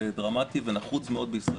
דרמטי ונחוץ מאוד בישראל,